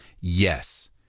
Yes